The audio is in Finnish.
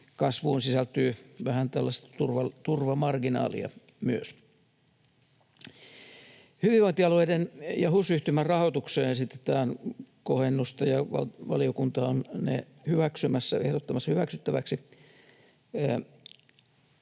kasvuun sisältyy vähän tällaista turvamarginaalia myös. Hyvinvointialueiden ja HUS-yhtymän rahoitukseen esitetään kohennusta, ja valiokunta on ne ehdottamassa hyväksyttäväksi.